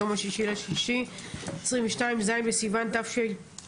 היום ה-6.6.2022, ז' בסיון תשפ"ב.